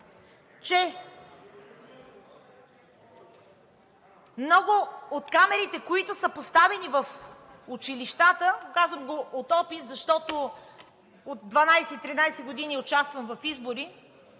че много от камерите, които са поставени в училищата – казвам го от опит, защото от 12 – 13 години участвам в избори,